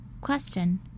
Question